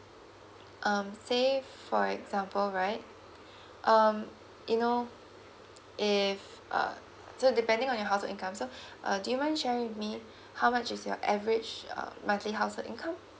um say for example right um you know if uh so depending on your household income so uh do you mind sharing with me how much is your average uh monthly household income